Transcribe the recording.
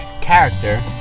character